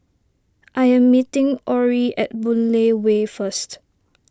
I am meeting Orrie at Boon Lay Way first